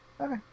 Okay